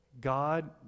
God